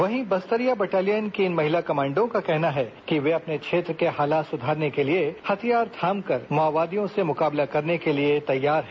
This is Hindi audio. वहीं बस्तरिया बटालियन की इन महिला कमांडो का कहना है कि वे अपने क्षेत्र के हालात सुधारने के लिए हथियार थाम कर माओवादियों से मुकाबले करने के लिए तैयार है